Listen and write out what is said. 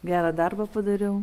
gerą darbą padariau